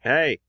Hey